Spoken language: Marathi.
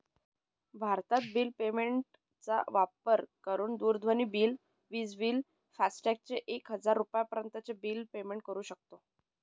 भारतत बिल पेमेंट चा वापर करून दूरध्वनी बिल, विज बिल, फास्टॅग चे एक हजार रुपयापर्यंत चे बिल पेमेंट करू शकतो